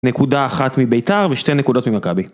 נקודה אחת מביתר ושתי נקודות ממכבי.